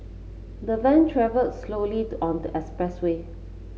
the van travelled slowly on the expressway